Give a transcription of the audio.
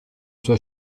sua